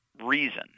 reason